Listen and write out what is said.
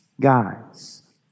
guys